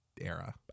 era